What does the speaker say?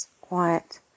quiet